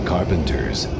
Carpenter's